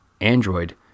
android